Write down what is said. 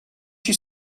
you